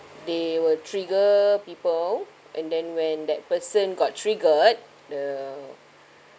they will trigger people and then when that person got triggered the